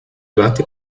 durante